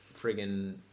friggin